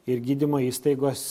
ir gydymo įstaigos